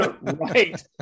Right